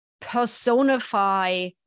personify